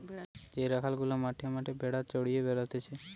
যে রাখাল গুলা মাঠে মাঠে ভেড়া চড়িয়ে বেড়াতিছে